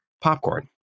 popcorn